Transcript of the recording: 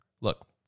Look